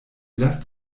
lasst